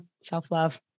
Self-love